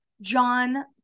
John